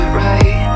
right